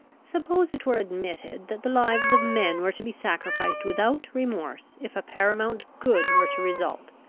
suppose it were admitted that the lives of men were to be sacrificed without remorse if a paramount good were to result,